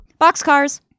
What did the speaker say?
Boxcars